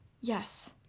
Yes